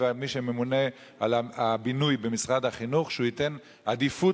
מי שממונה על הבינוי במשרד החינוך שהוא ייתן עדיפות